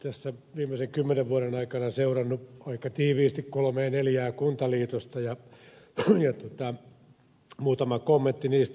tässä viimeisen kymmenen vuoden aikana olen seurannut aika tiiviisti kolmea neljää kuntaliitosta ja muutama kommentti niistä